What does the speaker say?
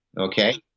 Okay